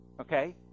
Okay